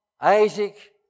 Isaac